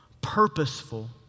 purposeful